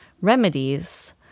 remedies